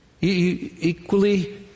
Equally